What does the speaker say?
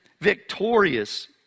victorious